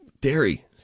dairy